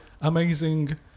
amazing